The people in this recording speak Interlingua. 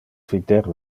fider